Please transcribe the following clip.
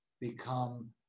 become